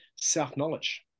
self-knowledge